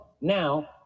now